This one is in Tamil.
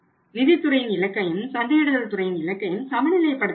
நிதித்துறையின் இலக்கையும் சந்தையிடுதல் துறையின் இலக்கையும் சமநிலைப்படுத்த வேண்டும்